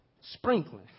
sprinkling